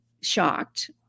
shocked